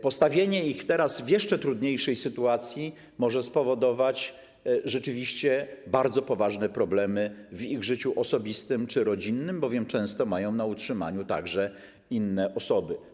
Postawienie ich teraz w jeszcze trudniejszej sytuacji może spowodować rzeczywiście bardzo poważne problemy w ich życiu osobistym czy rodzinnym, bowiem często mają na utrzymaniu także inne osoby.